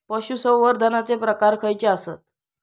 पशुसंवर्धनाचे प्रकार खयचे आसत?